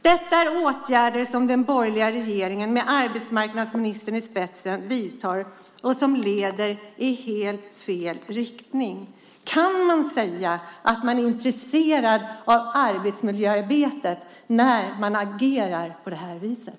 Det är åtgärder som den borgerliga regeringen med arbetsmarknadsministern i spetsen vidtar och som leder i helt fel riktning. Kan man säga att man är intresserad av arbetsmiljöarbetet när man agerar på det viset?